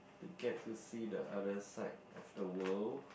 to get to see the other side of the world